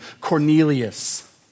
Cornelius